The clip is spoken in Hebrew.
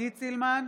עידית סילמן,